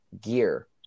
gear